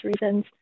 reasons